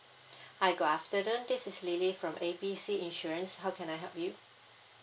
hi good afternoon this is lily from A B C insurance how can I help you